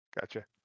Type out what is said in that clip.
gotcha